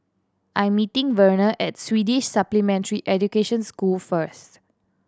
I'm meeting Verner at Swedish Supplementary Education School first